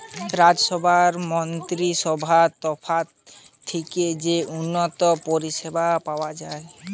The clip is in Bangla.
রাজ্যসভার মন্ত্রীসভার তরফ থিকে যে উন্নয়ন পরিষেবা পায়া যাচ্ছে